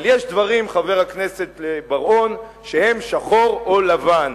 אבל יש דברים, חבר הכנסת בר-און, שהם שחור או לבן: